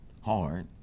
hard